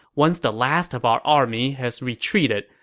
once the last of our army has retreated,